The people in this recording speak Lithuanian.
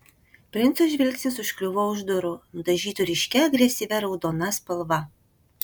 princo žvilgsnis užkliuvo už durų nudažytų ryškia agresyvia raudona spalva